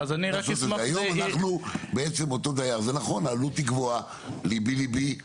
זה נכון שכיום העלות היא גבוהה, לבי לבי וכו',